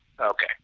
Okay